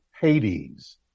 Hades